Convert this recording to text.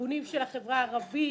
ארגונים של החברה הערבית,